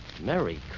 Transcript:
Merry